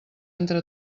entre